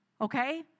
Okay